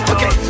Okay